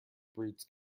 breeds